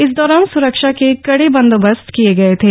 इस दौरान सुरक्षा के कड़े बंदोबस्त किये गए थे